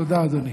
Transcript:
תודה, אדוני.